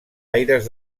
aires